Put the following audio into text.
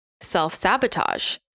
self-sabotage